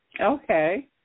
Okay